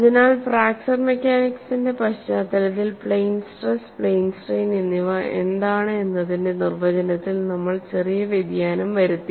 അതിനാൽ ഫ്രാക്ചർ മെക്കാനിക്സിന്റെ പശ്ചാത്തലത്തിൽ പ്ലെയ്ൻ സ്ട്രെസ് പ്ലെയ്ൻ സ്ട്രെയിൻ എന്നിവ എന്താണ് എന്നതിന്റെ നിർവചനത്തിൽ നമ്മൾ ചെറിയ വ്യതിയാനം വരുത്തി